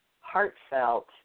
heartfelt